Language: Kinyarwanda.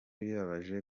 bibabaje